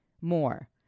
more